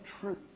truth